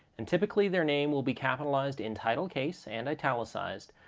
and typically, their name will be capitalized in title case and italicized,